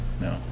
No